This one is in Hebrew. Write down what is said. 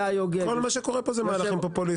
כל מה שקורה פה זה מהלכים פופוליסטים,